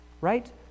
right